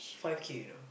five K you know